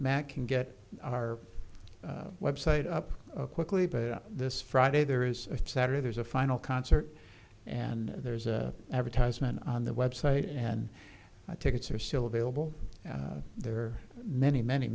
matt can get our website up quickly but this friday there is saturday there's a final concert and there's a advertisement on the website and tickets are still available there many many